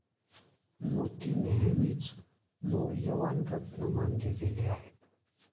मोती नेहमीच मौल्यवान रत्न मानले गेले आहेत